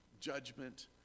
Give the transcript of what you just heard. judgment